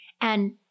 and-